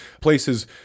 places